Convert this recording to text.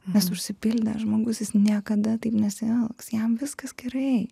nes užsipildęs žmogus jis niekada taip nesielgs jam viskas gerai